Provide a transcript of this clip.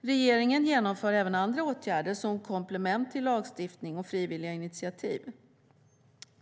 Regeringen genomför även andra åtgärder som komplement till lagstiftning och frivilliga initiativ.